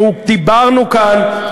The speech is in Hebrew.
דיברנו כאן,